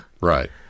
Right